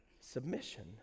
submission